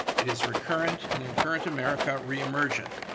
it is recurrent and in current america reemergent.